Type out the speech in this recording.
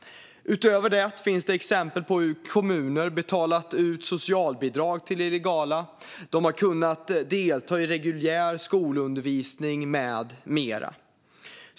Utöver det finns det exempel på hur kommuner betalat ut socialbidrag till illegala. De har också kunnat delta i reguljär skolundervisning med mera.